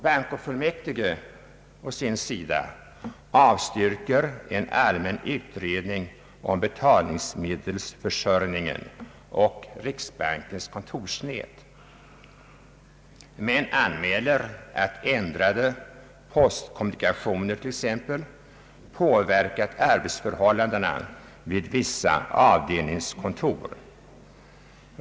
Bankofullmäktige avstyrker en allmän utredning om betalningsmedelsförsörjningen och riksbankens kontorsnät men anmäler att t. ex: ändrade postkommunikationer påverkat arbetsförhållandena vid vissa avdelningskontor.